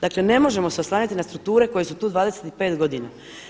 Dakle ne možemo se oslanjati na strukture koje su tu 25 godina.